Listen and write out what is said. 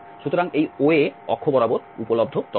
সুতরাং এই হল OA অক্ষ বরাবর উপলব্ধ তথ্য